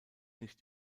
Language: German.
nicht